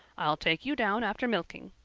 i'll take you down after milking.